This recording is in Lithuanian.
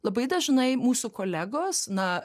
labai dažnai mūsų kolegos na